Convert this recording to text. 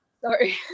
sorry